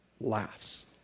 laughs